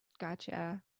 Gotcha